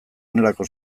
honelako